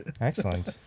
Excellent